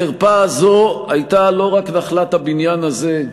החרפה הזאת הייתה לא רק נחלת הבניין הזה,